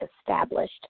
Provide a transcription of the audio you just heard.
established